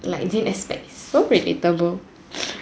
like you didn't expect so predictable